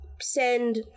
send